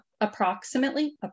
approximately